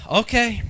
okay